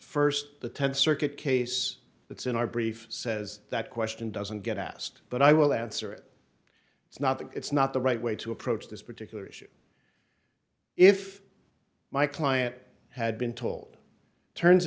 st the th circuit case that's in our brief says that question doesn't get asked but i will answer it it's not that it's not the right way to approach this particular issue if my client had been told turns